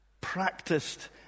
practiced